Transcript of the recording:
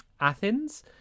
Athens